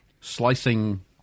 slicing